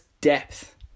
depth